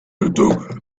anything